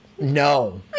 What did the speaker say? no